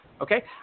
Okay